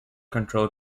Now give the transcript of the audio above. control